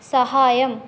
సహాయం